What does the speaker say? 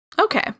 Okay